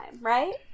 right